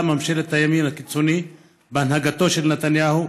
ממשלת הימין הקיצוני בהנהגתו של נתניהו,